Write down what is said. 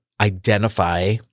identify